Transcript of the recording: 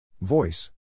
Voice